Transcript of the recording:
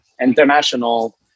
international